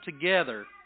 together